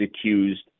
accused